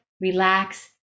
relax